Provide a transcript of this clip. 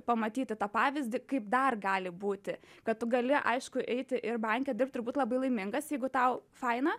pamatyti tą pavyzdį kaip dar gali būti kad tu gali aišku eiti ir banke dirbt ir būt labai laimingas jeigu tau faina